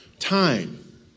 Time